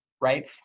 right